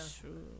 True